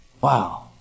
Wow